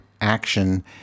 action